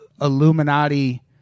Illuminati